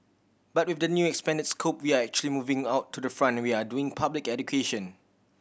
but with the new expanded scope we are actually moving out to the front we are doing public education